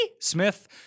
Smith